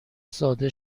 ساده